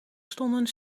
stonden